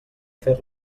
fer